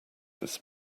this